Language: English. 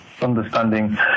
Understanding